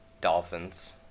Dolphins